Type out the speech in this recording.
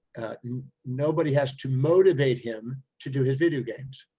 and nobody has to motivate him to do his video games,